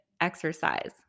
exercise